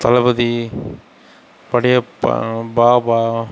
Thalapathy Padayappa Baba